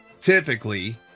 typically